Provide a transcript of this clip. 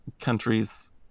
countries